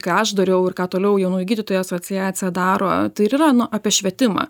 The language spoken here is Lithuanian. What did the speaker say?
ką aš dariau ir ką toliau jaunųjų gydytojų asociacija daro tai ir yra apie švietimą